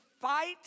fight